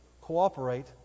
cooperate